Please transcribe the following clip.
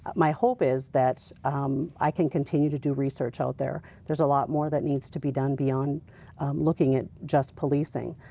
my hope is that i can continue to do research out there. there's a lot more that needs to be done beyond looking at just policing.